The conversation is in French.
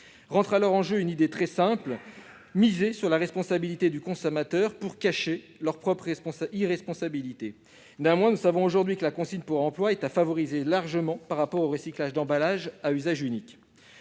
ont alors avancé une idée très simple : miser sur la responsabilité du consommateur pour cacher leur propre irresponsabilité. Néanmoins, nous savons aujourd'hui que la consigne pour réemploi doit être largement favorisée par rapport au recyclage d'emballages à usage unique.